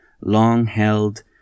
long-held